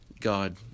God